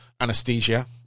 anesthesia